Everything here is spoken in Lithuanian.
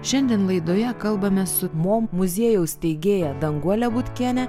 šiandien laidoje kalbame su mo muziejaus steigėja danguole butkiene